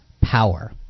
power